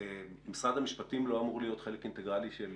משרד המשפטים לא אמור להיות חלק אינטגרלי של